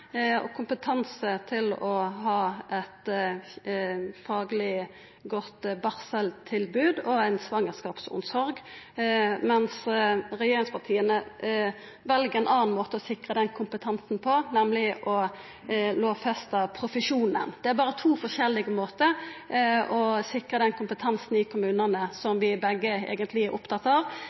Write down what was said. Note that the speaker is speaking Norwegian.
og kompetanse til å ha eit fagleg godt barseltilbod og ei svangerskapsomsorg, medan regjeringspartia vel ein annan måte å sikra kompetansen på, nemleg å lovfesta profesjonen. Det er berre to forskjellige måtar å sikra den kompetansen i kommunane som vi begge eigentleg er opptatt av.